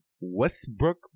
westbrook